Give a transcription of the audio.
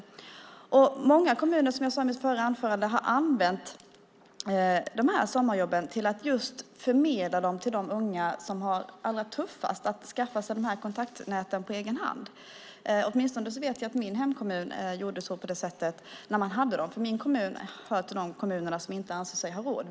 Många kommuner har, som jag sade i mitt förra inlägg, förmedlat de här sommarjobben just till de unga som har det allra tuffast att skaffa sig kontaktnät på egen hand. Jag vet att åtminstone min hemkommun gjorde på det sättet, för den hör till de kommuner som inte anser sig ha råd.